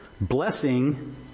Blessing